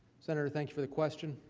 senator, thank you for the question.